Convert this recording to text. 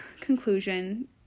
conclusion